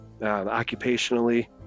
occupationally